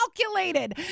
calculated